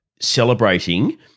celebrating